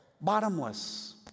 bottomless